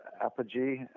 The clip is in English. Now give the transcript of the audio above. Apogee